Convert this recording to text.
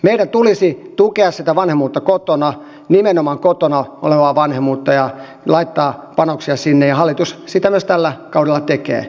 meidän tulisi tukea sitä vanhemmuutta kotona nimenomaan kotona olevaa vanhemmuutta laittaa panoksia sinne ja hallitus sitä myös tällä kaudella tekee